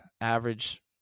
average